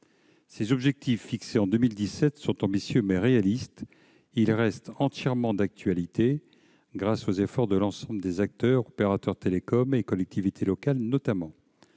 Ces objectifs, fixés en 2017, sont ambitieux, mais réalistes. Ils restent entièrement d'actualité grâce aux efforts de l'ensemble des acteurs, notamment les opérateurs télécoms et les collectivités locales, dont